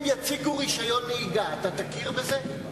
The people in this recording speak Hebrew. יציגו רשיון נהיגה, אתה תכיר בזה?